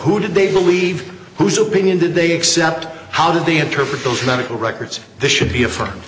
who did they believe whose opinion did they accept how did they interpret those medical records this should be a f